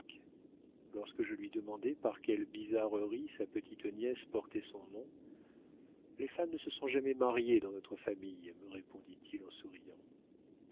lorsque je lui demandai par quelle bizarrerie sa petite nièce portait son nom les femmes ne se sont jamais mariées dans notre famille me répondit-il en souriant